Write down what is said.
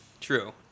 true